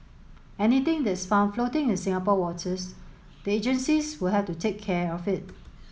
anything that's found floating in Singapore waters the agencies will have to take care of it